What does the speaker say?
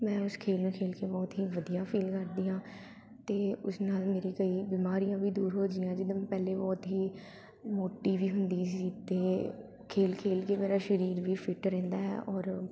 ਮੈਂ ਉਸ ਖੇਡ ਨੂੰ ਖੇਡ ਕੇ ਬਹੁਤ ਹੀ ਵਧੀਆ ਫੀਲ ਕਰਦੀ ਹਾਂ ਅਤੇ ਉਸ ਨਾਲ ਮੇਰੀ ਕਈ ਬਿਮਾਰੀਆਂ ਵੀ ਦੂਰ ਹੋ ਜੀਆਂ ਜਿੱਦਾਂ ਪਹਿਲੇ ਬਹੁਤ ਹੀ ਮੋਟੀ ਵੀ ਹੁੰਦੀ ਸੀ ਅਤੇ ਖੇਡ ਖੇਡ ਕੇ ਮੇਰਾ ਸਰੀਰ ਵੀ ਫਿਟ ਰਹਿੰਦਾ ਹੈ ਔਰ